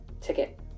ticket